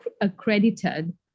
accredited